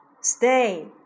stay